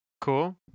Cool